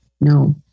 no